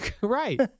Right